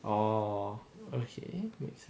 orh okay